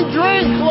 drink